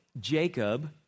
jacob